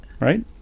right